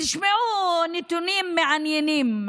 תשמעו נתונים מעניינים.